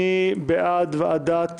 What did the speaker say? מי בעד ועדת